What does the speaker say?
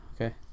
Okay